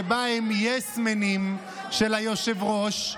שבה הם יס-מנים של היושב-ראש.